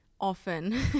often